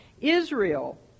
Israel